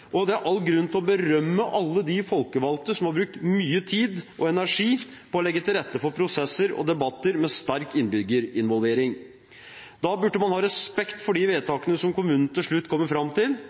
innbyggere. Det er all grunn til å berømme alle de folkevalgte som har brukt mye tid og energi på å legge til rette for prosesser og debatter med sterk innbyggerinvolvering. Da burde man ha respekt for de vedtakene som kommunen til slutt kommer fram til,